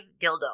dildo